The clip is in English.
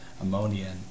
ammonia